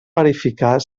verificar